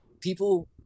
people